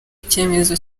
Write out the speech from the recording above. icyemezo